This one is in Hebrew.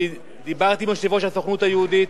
דיברתי עם יו"ר הסוכנות היהודית.